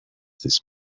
this